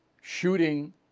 shooting